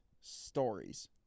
stories